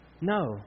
No